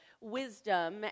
wisdom